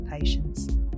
patients